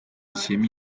一些